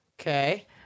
Okay